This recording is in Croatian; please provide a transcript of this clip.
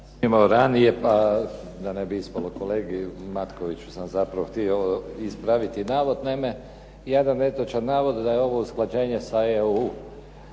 imao ranije pa da ne bi ispalo. Kolegi Matkoviću sam zapravo htio ispraviti navod. Naime, jedan netočan navod da je ovo usklađenje sa EU.